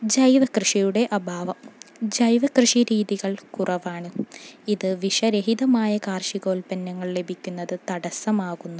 ജൈവ കൃഷിയുടെ അഭാവം ജൈവ കൃഷി രീതികൾ കുറവാണ് ഇത് വിഷരഹിതമായ കാർഷികോൽപ്പന്നങ്ങൾ ലഭിക്കുന്നത് തടസ്സമാകുന്നു